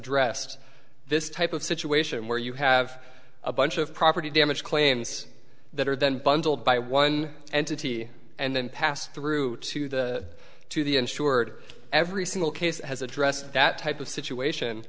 d this type of situation where you have a bunch of property damage claims that are then bundled by one entity and then pass through to the to the insured every single case has addressed that type of situation